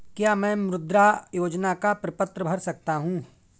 क्या मैं मुद्रा योजना का प्रपत्र भर सकता हूँ?